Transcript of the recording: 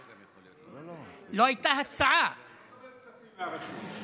אבל הוא לא מקבל כספים מהרשות.